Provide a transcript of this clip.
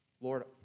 Lord